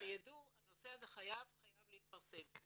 הנושא הזה חייב להתפרסם.